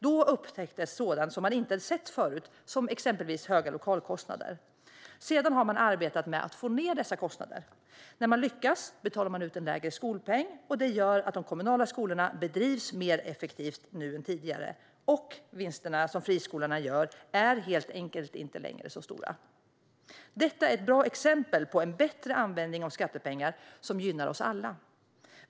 Då upptäcktes sådant som man inte sett förut, exempelvis höga lokalkostnader. Sedan arbetade man med att få ned dessa kostnader, och när man lyckades så betalade man ut lägre skolpeng. Detta gör att de kommunala skolorna bedrivs mer effektivt nu än tidigare och att vinsterna som friskolorna gör helt enkelt inte längre är så stora. Det är ett bra exempel på en bättre användning av skattepengar som gynnar oss alla.